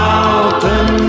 Mountain